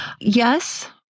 Yes